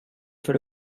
för